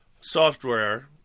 software